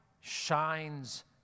shines